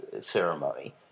ceremony